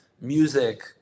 Music